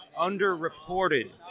underreported